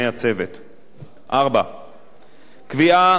4. קביעה כי הליך מתן רשיונות,